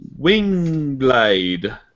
Wingblade